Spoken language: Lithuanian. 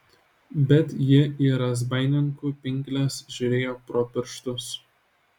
bet ji į razbaininkų pinkles žiūrėjo pro pirštus